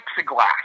plexiglass